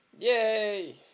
Yay